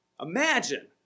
Imagine